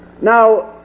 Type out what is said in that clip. Now